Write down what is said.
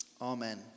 Amen